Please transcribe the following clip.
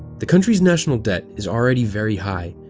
the country's national debt is already very high,